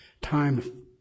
time